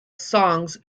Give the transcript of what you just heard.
songs